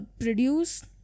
produce